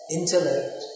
intellect